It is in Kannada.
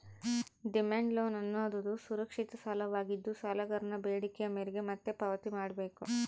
ಡಿಮ್ಯಾಂಡ್ ಲೋನ್ ಅನ್ನೋದುದು ಸುರಕ್ಷಿತ ಸಾಲವಾಗಿದ್ದು, ಸಾಲಗಾರನ ಬೇಡಿಕೆಯ ಮೇರೆಗೆ ಮತ್ತೆ ಪಾವತಿ ಮಾಡ್ಬೇಕು